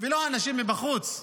ולא אנשים מבחוץ.